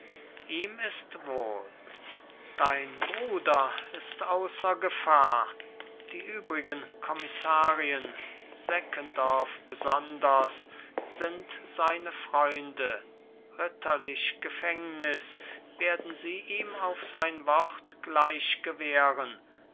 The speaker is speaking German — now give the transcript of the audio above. ihm ist wohl dein bruder ist außer gefahr die übrigen kommissarien seckendorf besonders sind seine freunde ritterlich gefängnis werden sie ihm auf sein wort gleich gewähren